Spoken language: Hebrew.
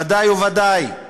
ודאי וודאי.